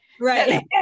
right